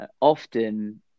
often